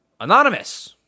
anonymous